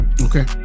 okay